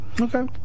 Okay